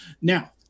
Now